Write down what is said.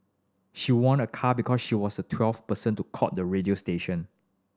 she won a car because she was the twelfth person to call the radio station